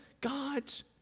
God's